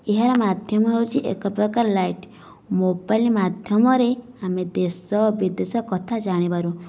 ଏହାର ମାଧ୍ୟମ ହେଉଛି ଏକପ୍ରକାର ଲାଇଟ୍ ମୋବାଇଲ ମାଧ୍ୟମରେ ଆମେ ଦେଶ ବିଦେଶ କଥା ଜାଣିପାରୁ